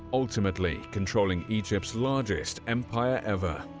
ultimately controlling egypt's largest empire ever.